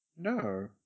No